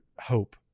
hope